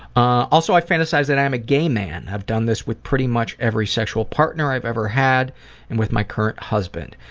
ah also i fantasize that i am a gay man. i've done this with pretty much every sexual partner i've ever had and with my current husband.